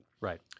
Right